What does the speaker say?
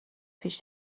پیش